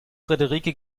frederike